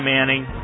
Manning